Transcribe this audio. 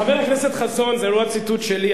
חבר הכנסת חסון, זה לא הציטוט שלי.